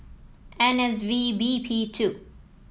N S V B P two